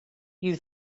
you